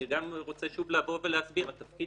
אני גם רוצה שוב לבוא ולהסביר שהתפקיד